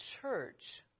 church